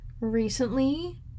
recently